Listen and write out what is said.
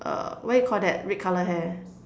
err what you Call that red colour hair